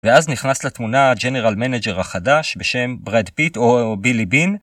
ואז נכנס לתמונה ג'נרל מנאג'ר החדש בשם ברד פיט או בילי בין.